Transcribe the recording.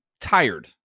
tired